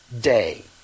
day